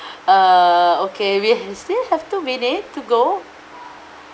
uh okay we still have two minutes to go